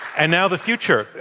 and now the future,